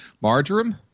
Marjoram